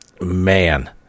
Man